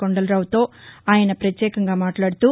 కొండలరావుతో ఆయన ప్రత్యేకంగా మాట్లాడుతూ